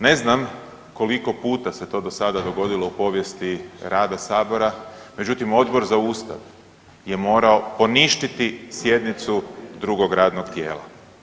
Ne znam koliko puta se to do sada dogodilo u povijesti rada Sabora, međutim, Odbor za Ustav je morao poništiti sjednicu drugog radnog tijela.